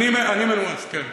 אתה, אני מנומס, כן.